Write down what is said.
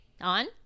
on